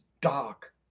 dark